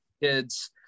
kids